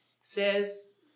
says